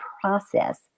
process